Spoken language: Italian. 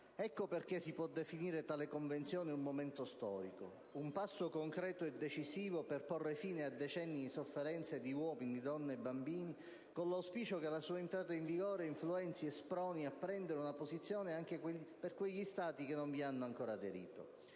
Ecco perché si può definire tale Convenzione un momento storico, un passo concreto e decisivo per porre fine a decenni di sofferenza di uomini, donne e bambini, con l'auspicio che la sua entrata in vigore influenzi e sproni a prendere una posizione anche quegli Stati che non vi hanno ancora aderito.